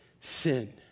sin